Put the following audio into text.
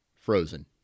frozen